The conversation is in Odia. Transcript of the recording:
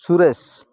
ସୁରେଶ